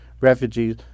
refugees